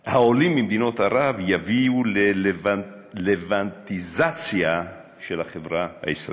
שמא העולים ממדינות ערב יביאו ללבנטיזציה של החברה הישראלית.